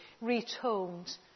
retold